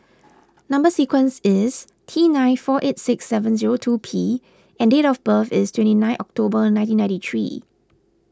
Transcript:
Number Sequence is T nine four eight six seven zero two P and date of birth is twenty nine October nineteen ninety three